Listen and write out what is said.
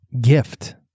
gift